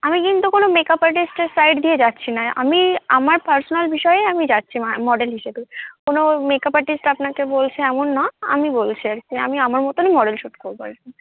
আমি কিন্তু কোনও মেকাপ আর্টিস্টের সাইড দিয়ে যাচ্ছি না আমি আমার পার্সোনাল বিষয়েই আমি যাচ্ছি মডেল হিসেবে কোনও মেকাপ আর্টিস্ট আপনাকে বলছে এমন না আমি বলছি আর কি আমি আমার মতনই মডেল শুট করবো আর কি